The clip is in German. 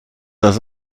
das